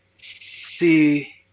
see